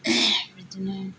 बिदिनो